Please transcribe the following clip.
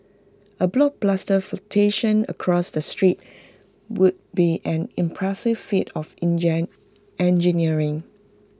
A blockbuster flotation across the strait would be an impressive feat of engineering